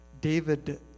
David